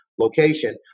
location